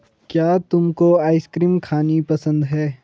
क्या तुमको आइसक्रीम खानी पसंद है?